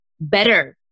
better